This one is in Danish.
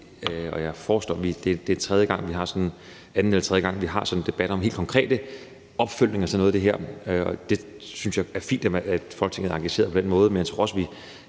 Det er anden eller tredje gang, vi har sådan en debat om en helt konkret opfølgning på noget af det her, og det synes jeg er fint, at Folketinget er engageret på den måde, men jeg tror også, at